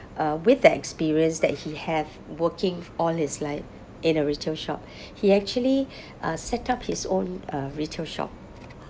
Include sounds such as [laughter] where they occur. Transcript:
[breath] uh with the experience that he have working all his life in a retail shop [breath] he actually [breath] uh set up his own uh retail shop